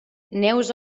neus